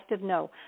No